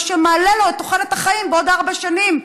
מה שמעלה לו את תוחלת החיים בעוד ארבע שנים,